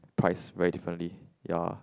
priced very differently ya